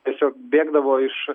tiesiog bėgdavo iš